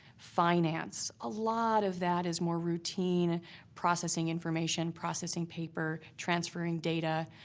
finance, a lot of that is more routine processing information, processing paper, transferring data.